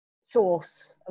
source